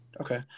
Okay